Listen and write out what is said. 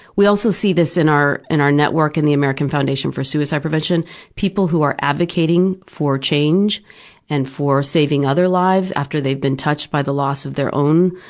we also see this in our in our network in the american foundation for suicide prevention people who are advocating for change and for saving other lives after they've been touched by the loss of their own